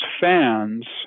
fans